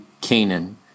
Canaan